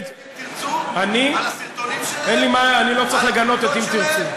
ואתה מגנה את "אם תרצו"